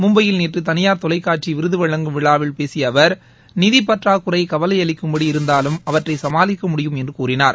மும்பையில் நேற்று தனியார் தொலைக்காட்சி விருது வழங்கும் விழாவில் பேசிய அவர் மிதி பற்றாக்குறை கவலையளிக்கும்படி இருந்தாலும் அவற்றை சமாளிக்க முடியும் என்று கூறினார்